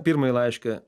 pirmąjį laišką